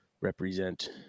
represent